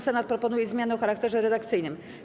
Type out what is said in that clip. Senat proponuje zmiany o charakterze redakcyjnym.